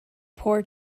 poor